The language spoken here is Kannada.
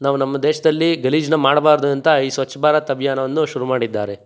ನಾವು ನಮ್ಮ ದೇಶದಲ್ಲಿ ಗಲೀಜನ್ನ ಮಾಡಬಾರ್ದು ಅಂತ ಈ ಸ್ವಚ್ ಭಾರತ್ ಅಭಿಯಾನವನ್ನು ಶುರು ಮಾಡಿದ್ದಾರೆ